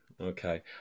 Okay